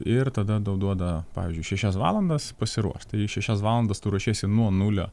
ir tada tau duoda pavyzdžiui šešias valandas pasiruošt tai ir šešias valandas tu ruošiesi nuo nulio